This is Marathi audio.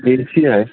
ए सी आहे